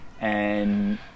And-